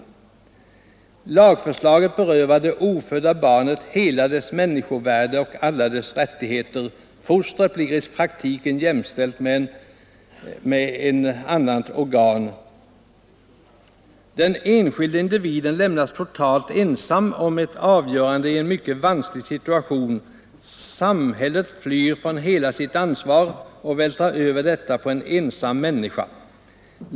Lagförslaget berövar det ofödda barnet hela dess människovärde och alla dess rättigheter. Fostret blir i praktiken jämställt med en tumör, kräftsvulst eller liknande. Den enskilda individen lämnas totalt ensam om ett avgörande i en mycket vansklig situation. Samhället flyr från hela sitt ansvar och vältrar över detta på en ensam människa ———.